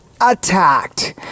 Attacked